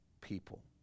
people